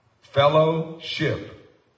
fellowship